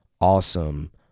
awesome